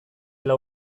lau